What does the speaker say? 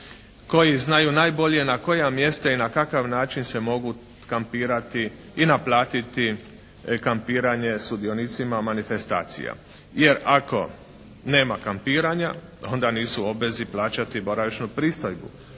koji znaju najbolje na koja mjesta i na kakav način se mogu kampirati i naplatiti kampiranje sudionicima manifestacija, jer ako nema kampiranja onda nisu obvezni plaćati boravišnu pristojbu,